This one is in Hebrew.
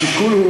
השיקול הוא,